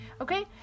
Okay